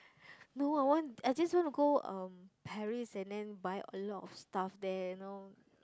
no I want I just want to go um Paris and then buy a lot of stuff there you know